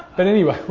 but anyway,